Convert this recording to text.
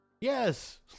Yes